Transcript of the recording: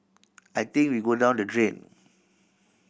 I think we'd go down the drain